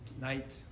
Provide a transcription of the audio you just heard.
night